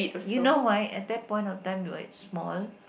you know why at that point of time though it's small